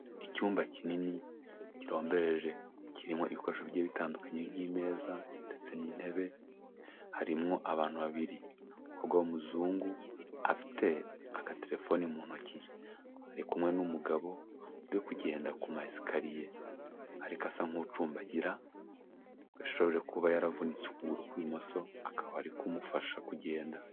Icyumba kinini kirombereje, kirimo ibikoresho bigiye bitandukanye nk'imeza, ndetse n'intebe, harimo abantu babiri, umukobwa w'umuzungu afite agaterefone mu ntoki, ari kumwe n'umugabo uri kugenda ku ma esikariye, ariko asa nk'ucumbagira, yashoje kuba yaravunitse ukuguru kw'ibumoso akaba ari kumufasha kugenda.